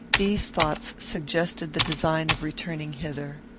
these thoughts suggested the design of returning thither.